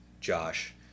Josh